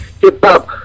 hip-hop